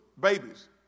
babies